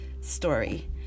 story